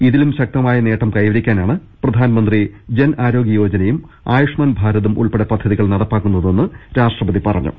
ഇതിലും ശക്തമായ നേട്ടം കൈവരിക്കാനാണ് പ്രധാനമന്ത്രി ജൻആരോഗൃ യോജ നയും ആയുഷ്മാൻ ഭാരതും ഉൾപ്പെടെ പദ്ധതികൾ നടപ്പാക്കുന്നതെന്ന് രാഷ്ട്രപതി പറഞ്ഞു